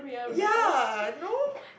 ya no